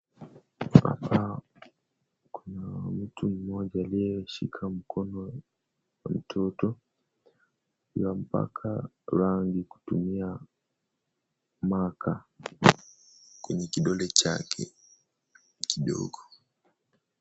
Kuna mtu mmoja aliyeshika mkono wa mtoto, ywampaka rangi kutumia makaa kwenye kidole chake kidogo.